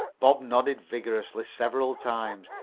bob nodded vigorously several times.